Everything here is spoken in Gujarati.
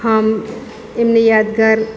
હમ એમની યાદગાર